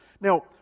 Now